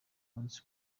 umunsi